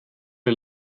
der